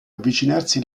avvicinarsi